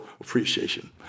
appreciation